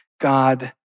God